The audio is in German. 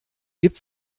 gibt